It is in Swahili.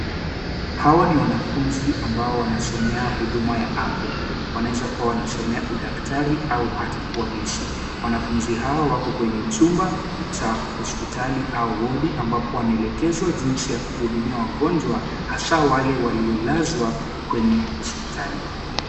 Hawa ni wanafunzi ambao wanasomea huduma ya afya, wanaweza kuwa udaktari, au hata kuwa nesi. Wanafunzi hawa wako kwenye chumba cha hospitali, au wodi ambapo wanaelekezwa jinsi ya kuhudumia wagonjwa, hasa wale waliolazwa kwenye hospitali.